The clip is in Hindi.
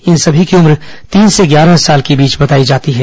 इन सभी की उम्र तीन से ग्यारह साल के बीच बताई जाती है